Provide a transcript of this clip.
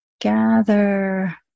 gather